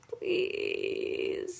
please